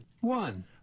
one